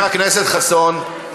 חבר הכנסת חסון,